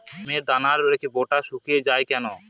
আমের দানার বোঁটা শুকিয়ে য়ায় কেন?